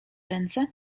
ręce